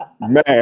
Man